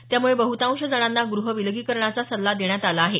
त्यामुळे बहुतांश जणांना गृह विलगीकरणाचा सल्ला देण्यात आला आहे